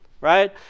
right